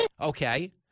Okay